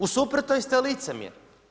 U suprotnom ste licemjer.